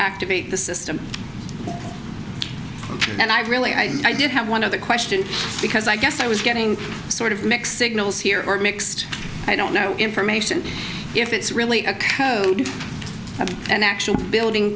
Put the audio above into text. activate the system and i really i did have one other question because i guess i was getting sort of mixed signals here or mixed i don't know information if it's really a code to have an actual building